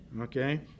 okay